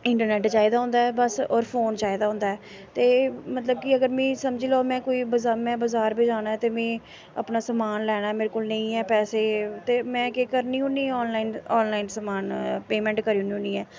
internet चाहिदा होंदा ऐ बस होर फोन चाहिदा होंदा ऐ ते मतलब कि अगर मिगी समझी लेओ कोई में बजार गै जाना ऐ ते में अपना समान लैना मेरे कोल नेईं ऐ पैसे ते में केह् करनी होन्नी आनलाइन आनलाइन समान पेमेंट करी ओड़नी होन्नी ऐ